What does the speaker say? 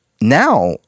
Now